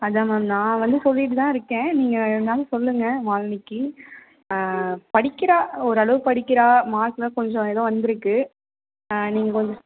அதான் மேம் நான் வந்து சொல்லிவிட்டு தான் இருக்கேன் நீங்கள் இருந்தாலும் சொல்லுங்கள் மாலினிக்கு படிக்கிறா ஓரளவு படிக்கிறா மார்க் எல்லாம் கொஞ்சம் எதோ வந்துருக்கு நீங்கள் கொஞ்சம்